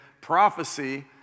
prophecy